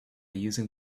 using